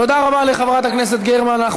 תודה רבה לחברת הכנסת גרמן.